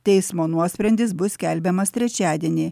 teismo nuosprendis bus skelbiamas trečiadienį